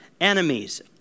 enemies